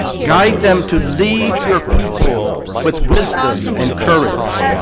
guide them to lead your people with wisdom and courage.